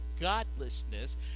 godlessness